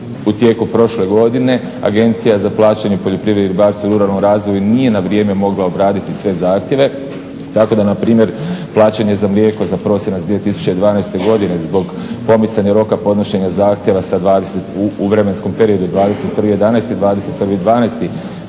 u tijeku prošle godine Agencija za plaćanje poljoprivredi, ribarstvu i ruralnom razvoju nije na vrijeme mogla obraditi sve zahtjeva. Tako npr. plaćanje za mlijeko za prosinac 2012.godine zbog pomicanja roka podnošenja zahtjeva u vremenskom periodu 21.11.,